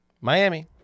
Miami